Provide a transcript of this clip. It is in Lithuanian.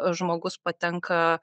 žmogus patenka